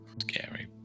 Scary